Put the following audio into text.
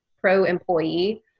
pro-employee